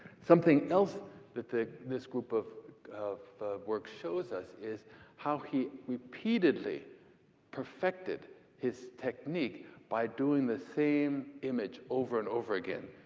something else that this group of of work shows us is how he repeatedly perfected his technique by doing the same image over and over again.